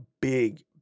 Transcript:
big